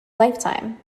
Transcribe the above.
lifetime